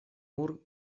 тимур